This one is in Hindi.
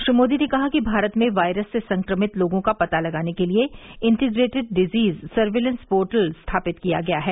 श्री मोदी ने कहा कि भारत में वायरस से संक्रमित लोगों का पता लगाने के लिए इंटीग्रेटिड डिजीज सर्विलेंस पोर्टल स्थापित किया है